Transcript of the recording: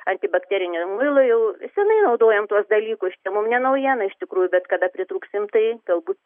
antibakterinio muilo jau senai naudojam tuos dalykus čia mum ne naujiena iš tikrųjų bet kada pritrūksim tai galbūt